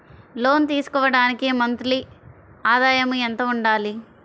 లోను తీసుకోవడానికి మంత్లీ ఆదాయము ఎంత ఉండాలి?